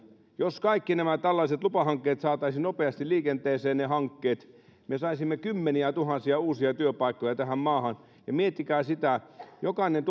jos kaikki nämä tällaiset lupahankkeet saataisiin nopeasti liikenteeseen me saisimme kymmeniätuhansia uusia työpaikkoja tähän maahan ja miettikää sitä että jokainen